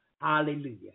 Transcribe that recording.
Hallelujah